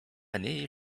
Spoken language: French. année